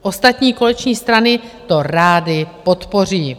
Ostatní koaliční strany to rády podpoří.